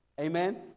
Amen